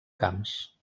camps